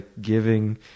giving